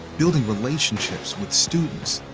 building relationships with students,